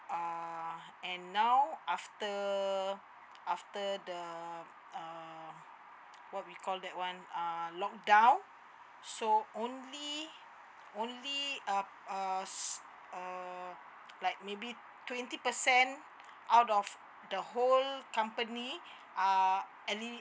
uh and now after after the uh what we call that one uh lock down so only only um uh s~ uh like maybe twenty percent out of the whole company are